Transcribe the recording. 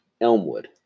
Elmwood